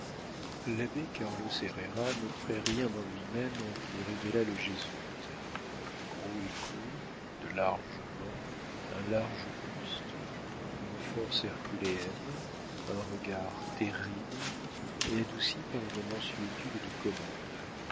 l'abbé carlos herrera n'offrait rien en lui-même qui révélât le jésuite gros et court de larges mains un large buste une force herculéenne un regard terrible mais adouci par une mansuétude de commande